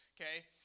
Okay